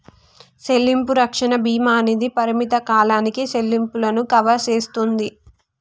సెల్లింపు రక్షణ భీమా అనేది పరిమిత కాలానికి సెల్లింపులను కవర్ సేస్తుంది